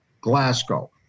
Glasgow